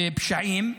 בפשעים,